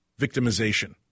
victimization